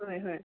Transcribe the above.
ꯍꯣꯏ ꯍꯣꯏ